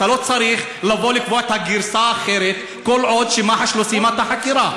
אתה לא צריך לבוא לקבוע את הגרסה האחרת כל עוד מח"ש לא סיימה את החקירה.